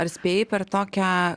ar spėjai per tokią